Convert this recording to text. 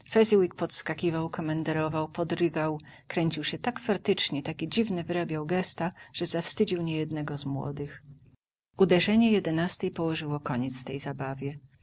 fezziwig podskakiwał komenderował podrygał kręcił się tak fertycznie takie dziwne wyrabiał gęsta że zawstydził niejednego z młodych uderzenie jedenastej położyło koniec tej zabawie